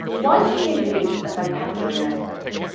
why should you use a vocabulary notebook.